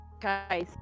Guys